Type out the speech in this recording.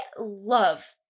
love